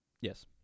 Yes